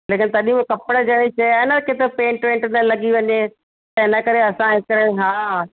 लेकिन तॾहिं बि कपिड़े जहिड़ी शइ आहे न किथे पेंट वेंट न लॻी वञे त इन करे असां हिकिड़े हा